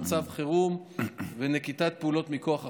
מצב חירום ובנקיטת פעולות מכוח החוק.